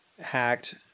hacked